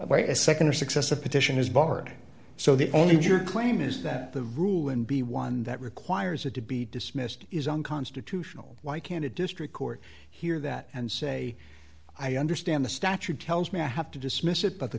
wait a nd or success a petition is barred so that only if your claim is that the rule in be one that requires it to be dismissed is unconstitutional why can a district court hear that and say i understand the statute tells me i have to dismiss it but the